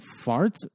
farts